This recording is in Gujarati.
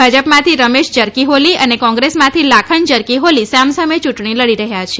ભાજપમાંથી રમેશ જરકીહોલી અને કોંગ્રેસમાંથી લાખન જરકીહોલી સામસામે ચૂંટણી લડી રહ્યા છે